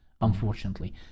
unfortunately